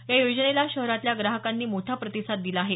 या योजनेला शहरातल्या ग्राहकांनी मोठा प्रतिसाद दिला आहे